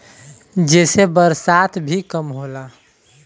जेसे बरसात भी कम होला